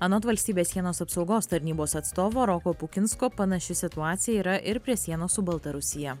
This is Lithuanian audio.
anot valstybės sienos apsaugos tarnybos atstovo roko pukinsko panaši situacija yra ir prie sienos su baltarusija